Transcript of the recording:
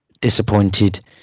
disappointed